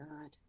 god